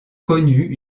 connu